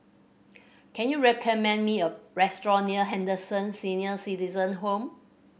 can you recommend me a restaurant near Henderson Senior Citizens' Home